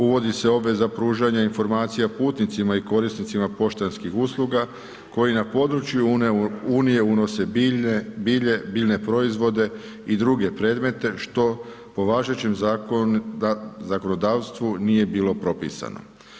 Uvodi se obveza pružanja informacija putnicima i korisnicima poštanskih usluga koji na područje unije unose bilje, biljne proizvode i druge predmete što po važećem zakonodavstvu nije bilo propisano.